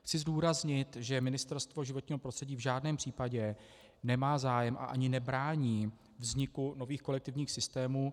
Chci zdůraznit, že Ministerstvo životního prostředí v žádném případě nemá zájem a ani nebrání vzniku nových kolektivních systémů.